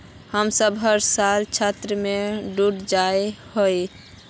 हम सब हर साल ऋण में डूब जाए हीये?